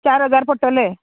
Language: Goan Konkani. चार हजार पडटले